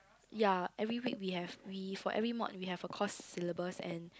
ya every week we have we for every mod we have a course syllabus and